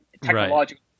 technological